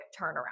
turnaround